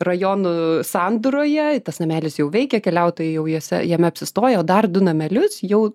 rajonų sandūroje tas namelis jau veikia keliautojai jau juose jame apsistoja o dar du namelius jau